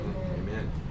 Amen